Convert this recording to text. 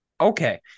okay